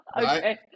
Okay